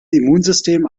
immunsystem